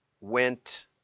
went